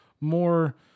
more